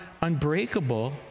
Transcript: unbreakable